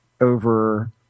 over